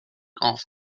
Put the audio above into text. off